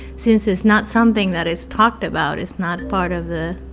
since it's not something that is talked about, it's not part of the,